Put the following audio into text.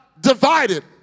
divided